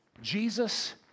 Jesus